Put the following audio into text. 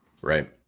Right